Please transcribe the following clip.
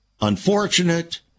unfortunate